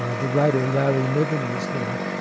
ah the writer, larry niven, was there,